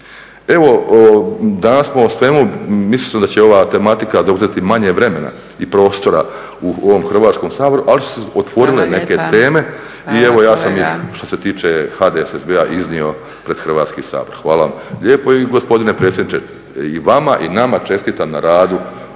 Evo danas smo mislio sam da će ova tematika zauzeti manje vremena i prostora u ovom Hrvatskom saboru ali su se otvorile neke teme i evo ja sam ih što se tiče HDSB-a iznio pred Hrvatski sabor. Hvala vam lijepo i gospodine predsjedniče i vama i nama čestitam na radu